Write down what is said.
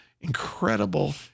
incredible